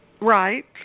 Right